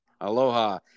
Aloha